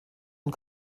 und